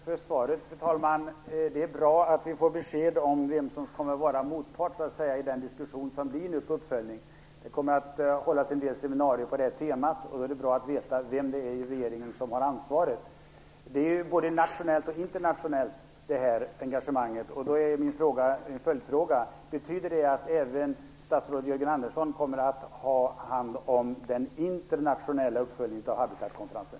Fru talman! Jag tackar för svaret. Det är bra att vi får besked om vem som kommer att vara motpart i den diskussion som nu kommer vid uppföljningen. Det kommer att hållas en del seminarier på detta tema, och det är bra att veta vem i regeringen som har ansvaret. Engagemanget är både nationellt och internationellt. Min följdfråga är: Betyder det att statsrådet Jörgen Andersson även kommer att ha hand om den internationella uppföljningen av habitatkonferensen?